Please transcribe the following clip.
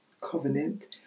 covenant